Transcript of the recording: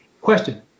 question